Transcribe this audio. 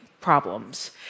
problems